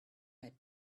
eyed